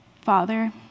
Father